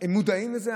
הם מודעים לזה.